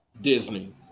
Disney